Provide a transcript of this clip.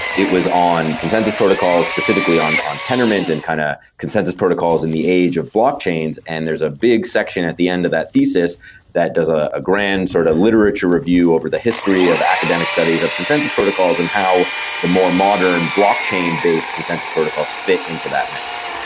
it was on consensus protocol specifically on on tendermind and kind of consensus protocols in the age of blockchains, and there is a big section at the end of that thesis that does ah a grand sort of literature review over the history of academic studies of consensus protocols and how the more modern blockchain based consensus protocols fit into that mix.